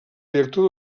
director